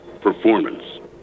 performance